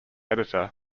editor